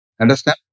Understand